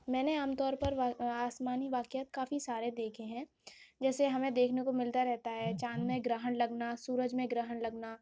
میں نے عام طور پر وا آسمانی واقعات کافی سارے دیکھے ہیں جیسے ہمیں دیکھنے کو ملتا رہتا ہے چاند میں گرہن لگنا سورج میں گرہن لگنا